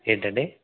ఏంటండి